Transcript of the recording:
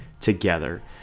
together